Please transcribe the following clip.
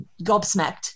gobsmacked